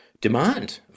demand